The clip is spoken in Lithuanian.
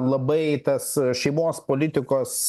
labai tas šeimos politikos